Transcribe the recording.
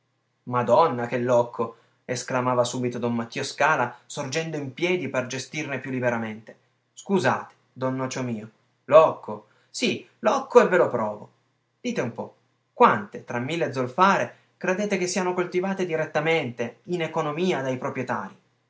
madonna che locco esclamava subito don mattia scala sorgendo in piedi per gestire più liberamente scusate don nocio mio locco sì locco e ve lo provo dite un po quante tra mille zolfare credete che siano coltivate direttamente in economia dai proprietarii